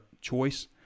choice